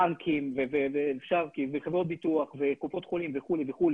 בנקים וחברות ביטוח וקופות חולים וכו' וכו',